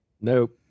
Nope